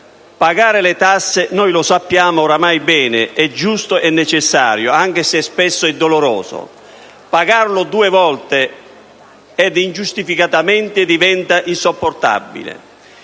Pagare le tasse, noi lo sappiamo ormai bene, è giusto e necessario, anche se spesso è doloroso; pagarle due volte ed ingiustificatamente diventa insopportabile.